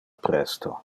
presto